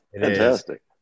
Fantastic